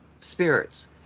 spirits